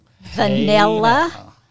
vanilla